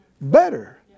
better